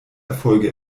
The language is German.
erfolge